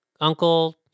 uncle